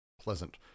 pleasant